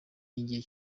igihe